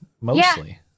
Mostly